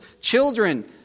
children